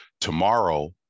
tomorrow